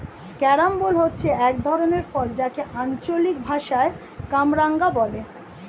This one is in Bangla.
ক্যারামবোলা হচ্ছে এক ধরনের ফল যাকে আঞ্চলিক ভাষায় কামরাঙা বলে